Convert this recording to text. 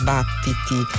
Battiti